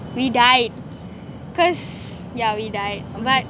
we died cause yeah we died but